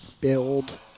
build